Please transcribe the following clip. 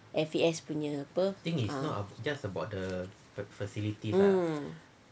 F_A_S punya apa ah um